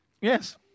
Yes